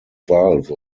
valve